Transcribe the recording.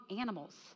animals